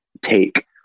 take